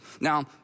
Now